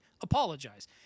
apologize